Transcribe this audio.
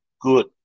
good